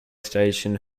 station